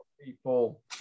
people